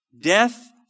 death